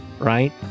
right